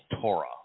Torah